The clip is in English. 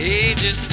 ages